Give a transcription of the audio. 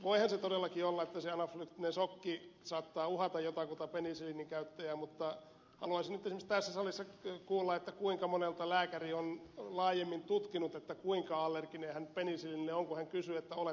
voihan todellakin olla että se anaflyktinen shokki saattaa uhata jotakuta penisilliinin käyttäjää mutta haluaisin nyt esimerkiksi tässä salissa kuulla kuinka monelta lääkäri on laajemmin tutkinut kuinka allerginen hän penisilliinille on kun hän kysyy että oletko vai et